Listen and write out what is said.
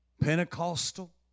Pentecostal